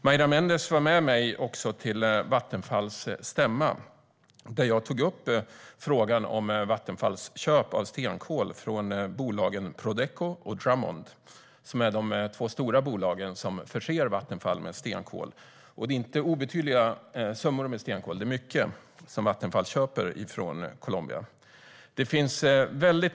Maira Méndez var med mig på Vattenfalls stämma. Där tog jag upp frågan om Vattenfalls köp av stenkol från bolagen Prodeco och Drummond. Det är de två stora bolagen som förser Vattenfall med stenkol. Det är inte obetydliga mängder stenkol; det är mycket som Vattenfall köper från Colombia.